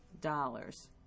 dollars